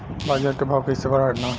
बाजार के भाव कैसे बढ़े ला?